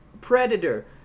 Predator